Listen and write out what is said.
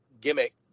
gimmick